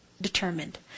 determined